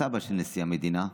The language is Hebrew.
הסבא של נשיא המדינה,